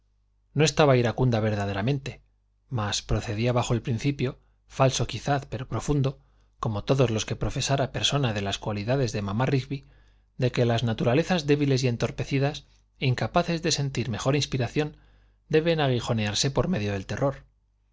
no estaba iracunda verdaderamente mas procedía bajo el principio falso quizá pero profundo como todos los que profesara persona de las cualidades de mamá rigby de que las naturalezas débiles y entorpecidas incapaces de sentir mejor inspiración deben aguijonearse por medio del terror